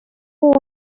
owns